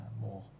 more